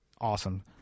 Awesome